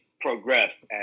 progressed